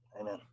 Amen